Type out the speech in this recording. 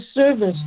service